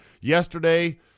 Yesterday